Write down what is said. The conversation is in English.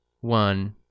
one